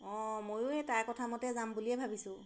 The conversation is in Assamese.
অঁ ময়ো এই তাৰ কথা মতে যাম বুলিয়েই ভাবিছোঁ